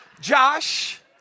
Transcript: Josh